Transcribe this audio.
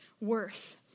worth